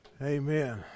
amen